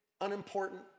unimportant